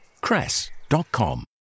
cress.com